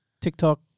TikTok